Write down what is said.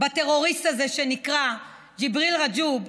שתומכים בטרוריסט הזה שנקרא ג'יבריל רג'וב,